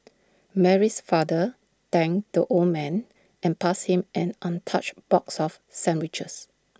Mary's father thanked the old man and passed him an untouched box of sandwiches